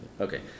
Okay